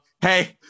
hey